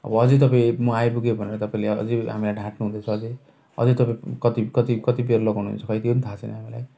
अब अझै तपाईँ म आइपुगेँ भनेर तपाईँले अझै हामीलाई ढाँट्नु हुँदैछ अझै अझै तपाईँ कति कति कतिबेर लगाउनुहुन्छ खोई केही थाहा छैन हामीलाई